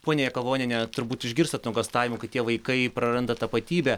ponia jakavoniene turbūt išgirstat nuogąstavimų kad tie vaikai praranda tapatybę